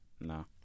no